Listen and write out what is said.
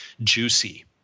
juicy